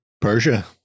Persia